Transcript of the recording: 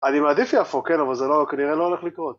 ‫אני מעדיף שיהפוך כן, ‫אבל זה לא, כנראה לא הולך לקרות.